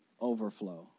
overflow